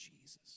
Jesus